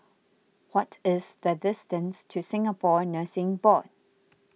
what is the distance to Singapore Nursing Board